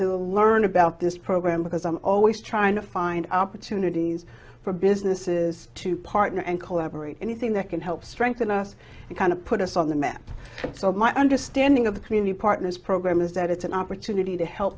to learn about this program because i'm always trying to find opportunities for businesses to partner and collaborate anything that can help strengthen us and kind of put us on the map and so my understanding of the community partners program is that it's an opportunity to help